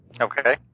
Okay